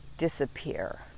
disappear